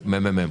מהממ"מ.